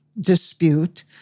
dispute